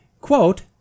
Quote